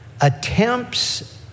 Attempts